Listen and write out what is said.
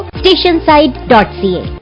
stationside.ca